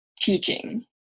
teaching